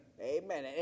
Amen